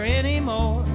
anymore